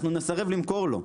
אנחנו נסרב למכור לו.